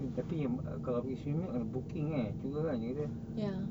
tapi yang kalau pergi swimming kena booking cuba ah